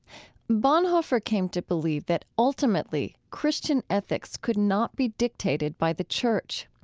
bonhoeffer came to believe that ultimately christian ethics could not be dictated by the church.